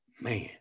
man